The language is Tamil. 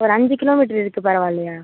ஒரு அஞ்சு கிலோ மீட்ரு இருக்குது பரவாயில்லையா